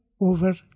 over